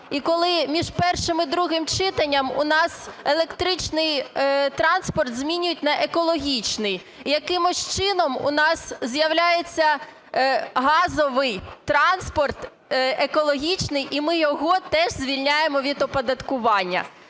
і коли між першим і другим читанням у нас електричний транспорт змінюють на екологічний. Якимось чином у нас з'являється газовий транспорт екологічний, і ми його теж звільняємо від оподаткування.